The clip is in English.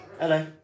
hello